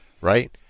right